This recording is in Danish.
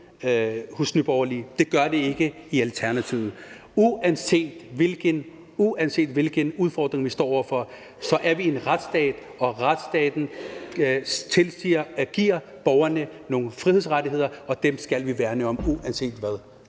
Det gør det ikke i Alternativet. Uanset hvilken udfordring vi står over for, er vi i en retsstat, og retsstaten tilsiger, at der gives borgerne nogle frihedsrettigheder, og dem skal vi værne om, uanset hvad.